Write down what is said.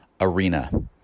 Arena